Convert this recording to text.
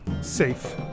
safe